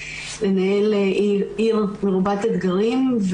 לנהל עיר מרובת אתגרים.